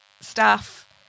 staff